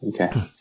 okay